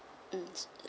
mm